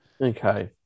Okay